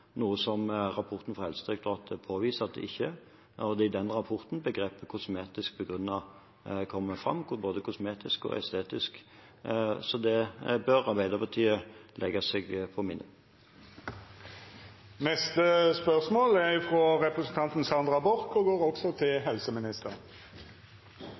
noe som rapporten fra Helsedirektoratet påviser at det ikke er. Det er i den rapporten begrepet «kosmetisk begrunnet» kommer fra – både «kosmetisk» og «estetisk». Det bør Arbeiderpartiet legge seg på minne.